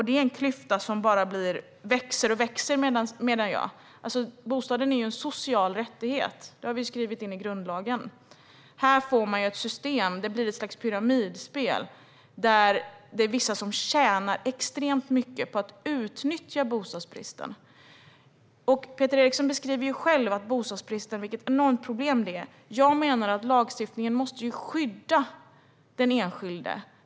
Det är en klyfta som växer och växer. Bostaden är en social rättighet. Det är inskrivet i grundlagen. Här blir det ett slags pyramidspel där vissa tjänar extremt mycket på att utnyttja bostadsbristen. Peter Eriksson beskriver själv vilket enormt problem bostadsbristen är. Jag menar att lagstiftningen måste skydda den enskilde.